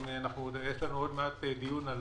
יש לנו עוד מעט דיון על